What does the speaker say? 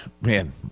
man